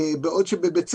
בעוד שבבית הספר,